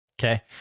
Okay